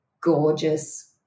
gorgeous